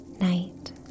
night